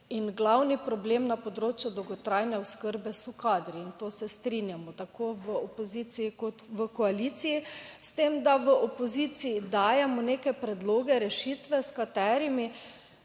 In glavni problem na področju dolgotrajne oskrbe so kadri, in to se strinjamo tako v opoziciji kot v koaliciji, s tem da v opoziciji dajemo neke predloge, rešitve, s katerimi